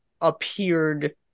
appeared